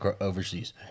overseas